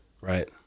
Right